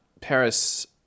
Paris